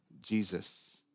Jesus